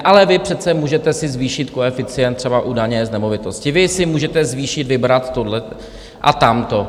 Ale vy přece můžete si zvýšit koeficient třeba u daně z nemovitosti, vy si můžete zvýšit, vybrat tohle a tamto.